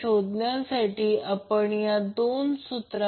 तर आता हे अगदी सोपे आहे फक्त पहा